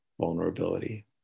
vulnerability